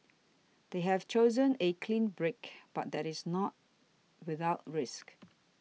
they have chosen a clean break but that is not without risk